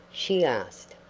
she asked,